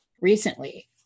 recently